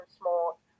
small